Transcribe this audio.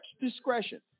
discretion